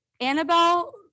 Annabelle